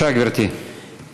גברתי, בבקשה.